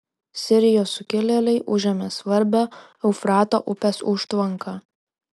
sirijos sukilėliai užėmė svarbią eufrato upės užtvanką